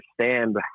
understand